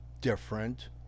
different